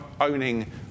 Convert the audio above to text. owning